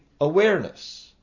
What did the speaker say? awareness